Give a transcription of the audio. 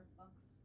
books